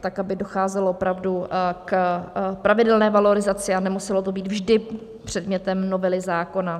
tak aby docházelo opravdu k pravidelné valorizaci a nemuselo to být vždy předmětem novely zákona.